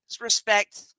respect